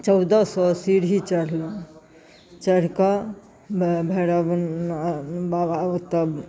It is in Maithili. चौदह सओ सीढ़ी चढ़लहुँ चढ़िकऽ भैरव बाबा ओतऽ